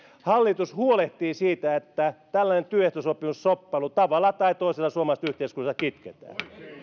hallitus huolehtii siitä että tällainen työehtosopimusshoppailu tavalla tai toisella suomalaisesta yhteiskunnasta kitketään